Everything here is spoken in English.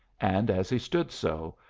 and as he stood so,